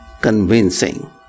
convincing